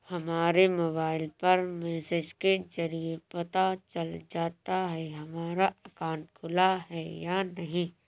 हमारे मोबाइल पर मैसेज के जरिये पता चल जाता है हमारा अकाउंट खुला है या नहीं